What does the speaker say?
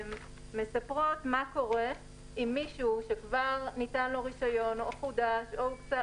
שמספרות מה קורה עם מישהו שכבר ניתן לו רישיון או הוקצו